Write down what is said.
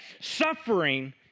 suffering